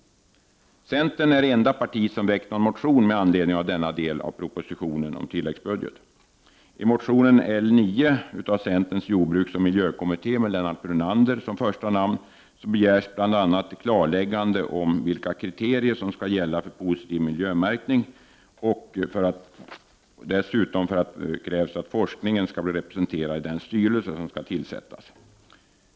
Centern är det enda parti som väckt en motion med anledning av denna del av propositionen om tilläggsbudget. I motion L9 från centerns jordbruksoch miljökommitté med Lennart Brunander som första namn begärs bl.a. klarläggande om vilka kriterier som skall gälla för positiv miljömärkning. Dessutom krävs att forskningen skall bli representerad i den styrelse som skall tillsättas.